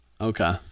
Okay